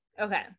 okay